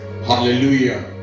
Hallelujah